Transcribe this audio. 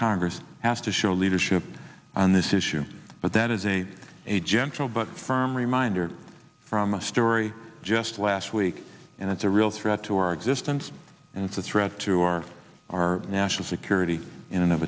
congress has to show leadership on this issue but that is a gentle but firm reminder from a story just last week and it's a real threat to our existence and for threat to our our national security in and of